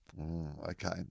Okay